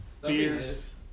fears